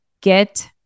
get